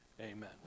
Amen